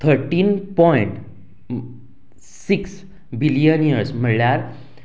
thirteen point six billion years म्हणल्यार